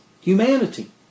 Humanity